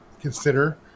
consider